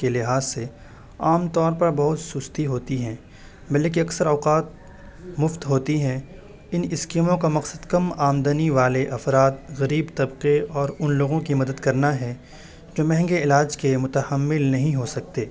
کے لحاظ سے عام طور پر بہت سستی ہوتی ہیں بلکہ اکثر اوقات مفت ہوتی ہیں ان اسکیموں کا مقصد کم آمدنی والے افراد غریب طبقے اور ان لوگوں کی مدد کرنا ہے جو مہنگے علاج کے متحمل نہیں ہو سکتے